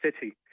City